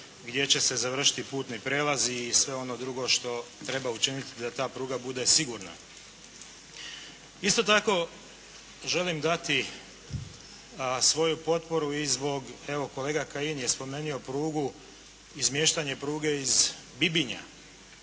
gdje će se završiti putni prijelaz i sve ono drugo što treba učiniti da ta pruga bude sigurna. Isto tako želim dati svoju potporu i zbog, evo kolega Kajin je spomenuo prugu, izmještanje pruga iz Bibinja.